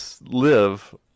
live